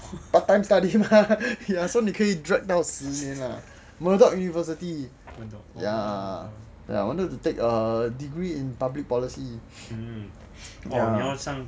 part time study mah ya so 你可以 drag 到十年 lah murdoch university ya then I wanted to take a degree in public policy